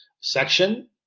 section